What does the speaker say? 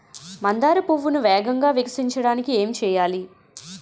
మందార పువ్వును వేగంగా వికసించడానికి ఏం చేయాలి?